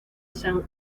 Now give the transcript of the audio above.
san